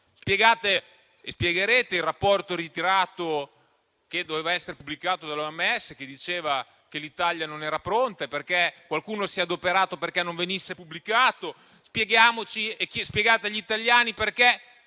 Spiegate - e spiegherete - il rapporto ritirato che doveva essere pubblicato dall'OMS, che diceva che l'Italia non era pronta, perché qualcuno si è adoperato perché non venisse pubblicato. Spiegate agli italiani perché